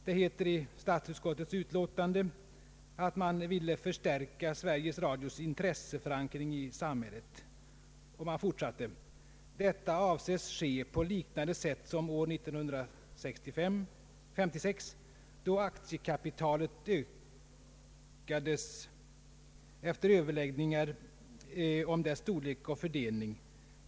Det heter i statsutskottets utlåtande att man ville förstärka Sveriges Radios intresseförankring i samhället: ”Detta avses ske på liknande sätt som år 1956, då aktiekapitalet ökades efter överläggningar om dess storlek och fördelning.